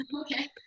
Okay